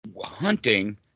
hunting